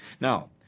Now